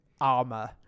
armor